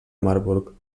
marburg